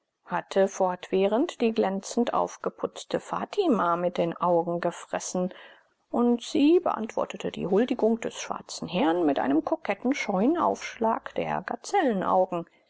hatte fortwährend die glänzend aufgeputzte fatima mit den augen gefressen und sie beantwortete die huldigung des schwarzen herrn mit einem koketten keuschen aufschlag der